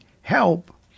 help